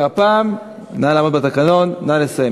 הפעם נא לעמוד בתקנון, נא לסיים.